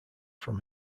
from